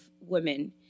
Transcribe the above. women